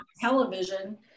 television